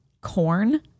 corn